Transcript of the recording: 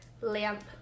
lamp